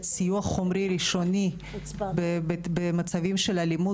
סיוע חומרי ראשוני במצבים של אלימות.